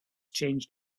changed